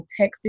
texted